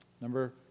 Number